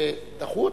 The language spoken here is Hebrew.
ודחו אותם?